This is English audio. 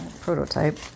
prototype